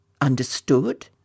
understood